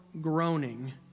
groaning